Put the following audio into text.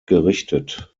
gerichtet